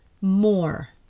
more